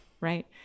Right